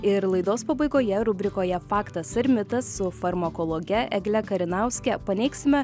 ir laidos pabaigoje rubrikoje faktas ir mitas su farmakologe egle karinauske paneigsime